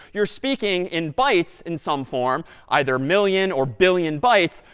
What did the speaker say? you're speaking in bytes in some form, either million or billion bytes.